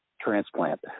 transplant